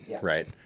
right